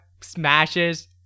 smashes